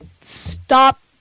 stop